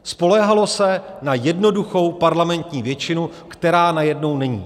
Spoléhalo se na jednoduchou parlamentní většinu, která najednou není.